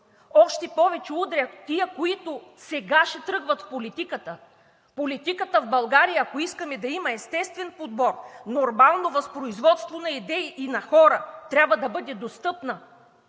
още повече удря тези, които сега ще тръгват в политиката. Политиката в България, ако искаме да имаме естествен подбор и нормално възпроизводство на идеи на хора, трябва да бъде достъпна